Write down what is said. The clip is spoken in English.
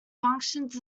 functions